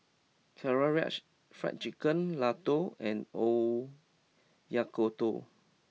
Karaage Fried Chicken Ladoo and Oyakodon